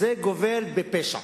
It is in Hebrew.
זה גובל בפשע,